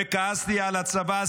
וכעסתי על הצבא,